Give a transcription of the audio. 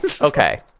Okay